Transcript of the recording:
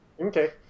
Okay